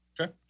Okay